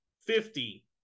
Fifty